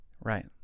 Right